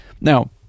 Now